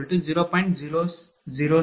006p